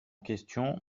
question